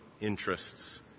interests